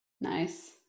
Nice